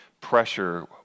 pressure